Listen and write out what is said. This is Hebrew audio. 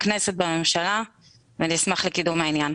בכנסת ובממשלה ואני אשמח לקידום העניין,